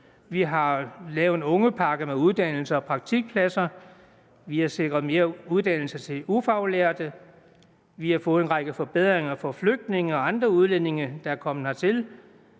Vi har lavet en ungepakke med uddannelse og praktikpladser. Vi har sikret mere uddannelse til de ufaglærte. Vi har fået en række forbedringer for flygtninge og andre udlændinge, der er kommet hertil.